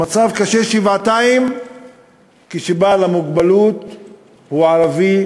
המצב קשה שבעתיים כשבעל המוגבלות הוא ערבי,